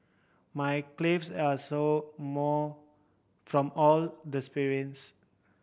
my calves are sore more from all the sprints